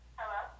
Hello